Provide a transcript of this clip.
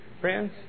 Friends